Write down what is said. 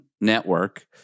network